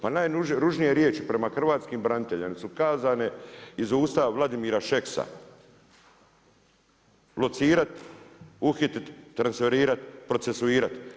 Pa najružnije riječi prema hrvatskim braniteljima su kazane iz usta Vladimira Šeksa, locirati, uhititi, transferirati, procesuirati.